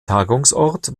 tagungsort